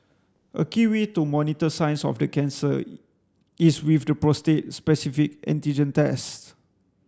a key way to monitor signs of the cancer is with the prostate specific antigen test